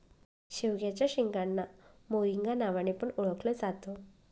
शेवग्याच्या शेंगांना मोरिंगा नावाने पण ओळखल जात